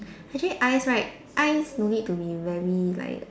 actually eyes right eyes no need to be very like